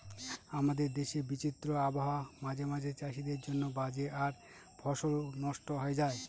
আমাদের দেশের বিচিত্র আবহাওয়া মাঝে মাঝে চাষীদের জন্য বাজে আর ফসলও নস্ট হয়ে যায়